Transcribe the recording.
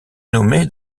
nommé